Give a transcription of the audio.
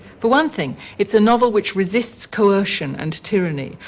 for one thing, it's a novel which resists coercion and tyranny,